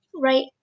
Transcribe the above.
right